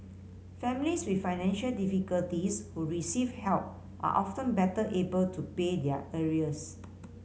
families with financial difficulties who receive help are often better able to pay their arrears